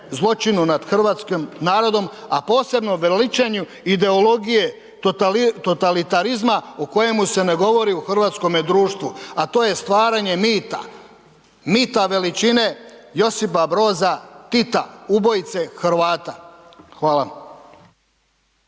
zločinu nad hrvatskim narodom, a posebno veličanju ideologije totalitarizma o kojemu se ne govori u hrvatskom društvu, a to je stvaranje mita, mita veličine Josipa Broza Tita. Ubojice Hrvata. Hvala.